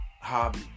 hobby